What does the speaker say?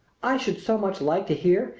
i should so much like to hear,